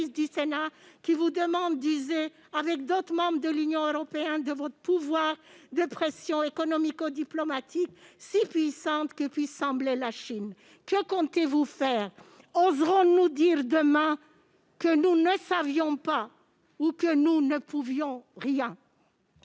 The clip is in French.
du Sénat qui vous demande d'user avec d'autres membres de l'Union européenne de votre pouvoir de pression économico-diplomatique, si puissante que puisse sembler la Chine. Que comptez-vous faire ? Oserons-nous dire demain que nous ne savions pas ou que nous ne pouvions rien ?